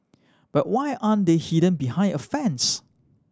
but why are they hidden behind a fence